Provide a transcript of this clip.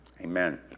Amen